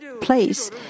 place